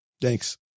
thanks